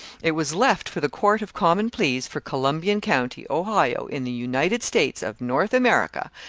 it was left for the court of common pleas for columbian county, ohio, in the united states of north america,